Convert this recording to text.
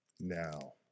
now